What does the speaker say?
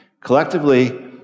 Collectively